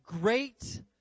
great